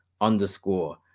underscore